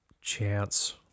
chance